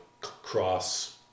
cross